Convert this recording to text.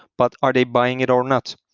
but are they buying it or not,